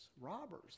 robbers